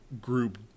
group